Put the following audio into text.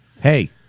Hey